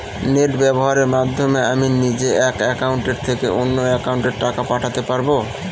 Net ব্যবহারের মাধ্যমে আমি নিজে এক অ্যাকাউন্টের থেকে অন্য অ্যাকাউন্টে টাকা পাঠাতে পারব?